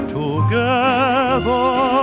together